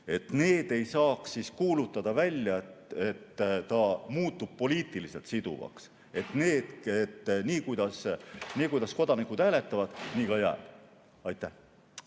ei saaks kuulutada välja, et ta muutub poliitiliselt siduvaks, et nii, kuidas kodanikud hääletavad, nii ka jääb. Aitäh!